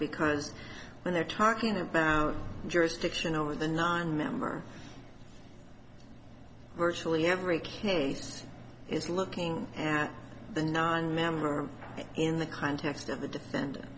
because when they're talking about jurisdiction over the nine member virtually every campaign is looking at the nonmember in the context of the defendant